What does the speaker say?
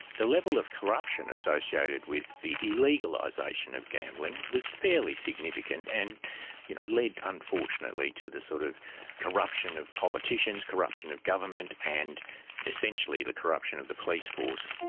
the level of corruption associated with the illegalisation of gambling was fairly significant and you know led unfortunately to the sort of corruption of politicians, corruption of government and essentially the corruption of the police force.